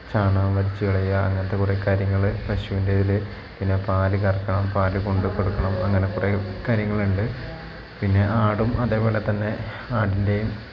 ചാണകം വലിച്ചു കളയുക അങ്ങനത്തെ കുറേ കാര്യങ്ങൾ പശുവിൻ്റേതിൽ പിന്നെ പാൽ കറക്കണം പാൽ കൊണ്ടു കൊടുക്കണം അങ്ങനെ കുറേ കാര്യങ്ങൾ ഉണ്ട് പിന്നെ ആടും അതേപോലെ തന്നെ ആടിൻ്റെയും